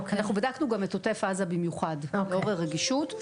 אנחנו גם בדקנו את עוטף עזה במיוחד, ביתר רגישות.